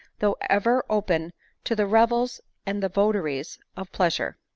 though ever open to the revels and the votaries of pleasure.